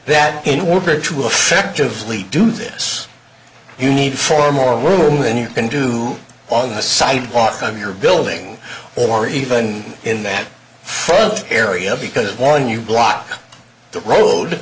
that in order to effectively do this you need for more room than you can do on the side off of your building or even in that area because when you block the road